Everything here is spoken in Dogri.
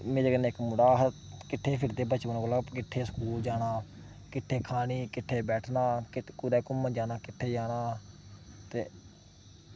मेरे कन्नै इक मुड़ा हा अस किट्ठे फिरदे हे बचपनै कोला किट्ठे स्कूल जाना किट्ठे खानी किट्ठे बैठना किट्ठे कुदै घूमन जाना किट्ठे जाना ते